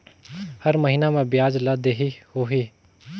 हर महीना मा ब्याज ला देहे होही?